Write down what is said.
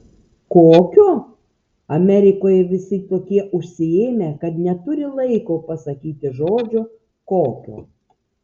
kokio amerikoje visi tokie užsiėmę kad neturi laiko pasakyti žodžio kokio